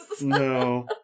No